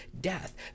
death